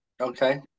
Okay